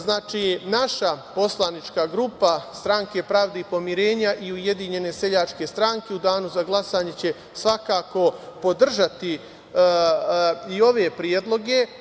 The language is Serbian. Znači, naša poslanička grupa Stranke pravde i pomirenja i Ujedinjene seljačke stranke u danu za glasanje će svakako podržati i ove predloge.